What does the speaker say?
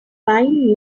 find